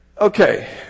Okay